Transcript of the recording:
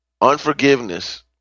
Unforgiveness